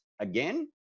again